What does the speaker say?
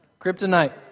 Kryptonite